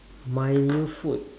my new food